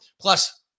Plus